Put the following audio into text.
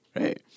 right